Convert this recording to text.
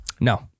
No